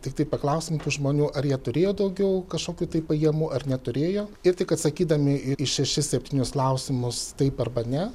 tiktai paklausim tų žmonių ar jie turėjo daugiau kažkokių tai pajamų ar neturėjo ir tik atsakydami į šešis septynis klausimus taip arba ne